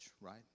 right